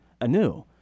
anew